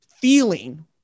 feeling